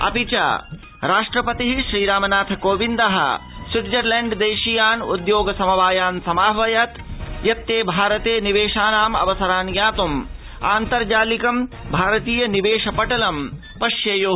अपि च राष्ट्रपति श्रीरामनाथ कोविंद स्विट्जरलैण्ड देशीयान् उद्योग समवायान् समाद्वयत् यत्ते भारते निवेशानाम् अवसरान् ज्ञातुम् आन्तर्जालिकं भारतीय निवेश पटलं पश्येयु